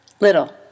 little